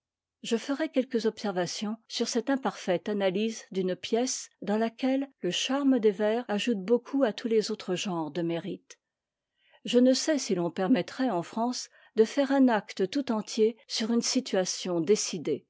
je ferai quelques observations sur cette imparfaite analyse d'une pièce dans laquelle le charmedes vers ajoute beaucoup à tous les autres genres de mérite je ne sais si l'on se permettrait en france de faire un acte tout entier sur une situation décidée